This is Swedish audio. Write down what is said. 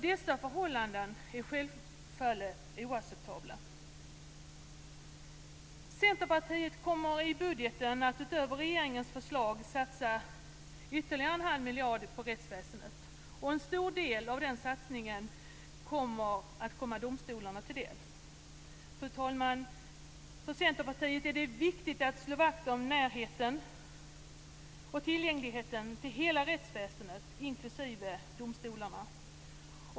Dessa förhållanden är självfallet oacceptabla. Centerpartiet kommer i budgeten att utöver regeringens förslag satsa ytterligare en halv miljard på rättsväsendet. En stor del av den satsningen kommer att komma domstolarna till del. Fru talman! För Centerpartiet är det viktigt att slå vakt om närheten och tillgängligheten till hela rättsväsendet, inklusive domstolarna.